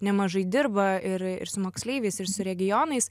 nemažai dirba ir ir su moksleiviais ir su regionais